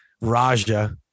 Raja